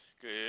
Good